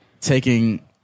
taking